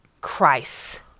Christ